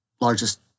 largest